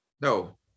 No